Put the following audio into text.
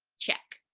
check.